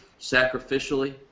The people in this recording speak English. sacrificially